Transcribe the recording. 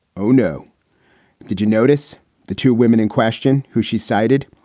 oh, no did you notice the two women in question who she cited?